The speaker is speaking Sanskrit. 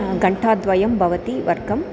घण्टाद्वयं भवति वर्गः